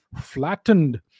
flattened